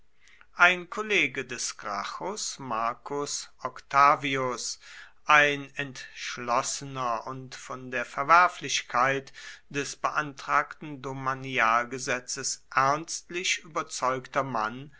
ein kollege des gracchus marcus octavius ein entschlossener und von der verwerflichkeit des beantragten domanialgesetzes ernstlich überzeugter mann